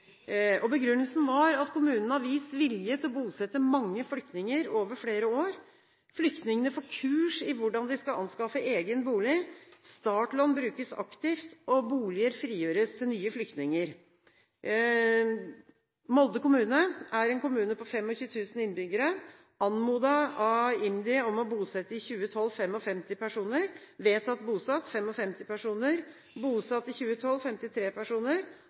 2012. Begrunnelsen var at kommunen har vist vilje til å bosette mange flyktninger over flere år. Flyktningene får kurs i hvordan de skal anskaffe egen bolig. Startlån brukes aktivt, og boliger frigjøres til nye flyktninger. Molde kommune er en kommune med 25 000 innbyggere. Den ble anmodet av Integrerings- og mangfoldsdirektoratet, IMDi, om å bosette 55 personer i 2012. De vedtok å bosette 55 personer, og 53 personer ble bosatt. I